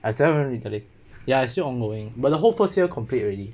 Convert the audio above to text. like thirty seven or thirty eight ya it's still ongoing but the whole first year complete already